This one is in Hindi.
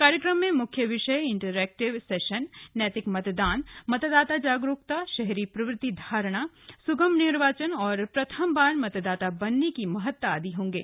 कार्यक्रम में मुख्य विषय इन्टरेक्टिव सेशन नैतिक मतदान मतदाता जागरूकता शहरी प्रवृत्ति धारणा सुगम निर्वाचन और प्रथम बार मतदाता बनने की महत्ता आदि होंगे